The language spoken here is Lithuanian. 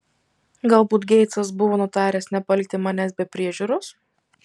galbūt geitsas buvo nutaręs nepalikti manęs be priežiūros